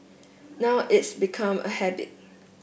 now it's become a habit